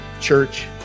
Church